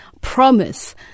promise